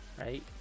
right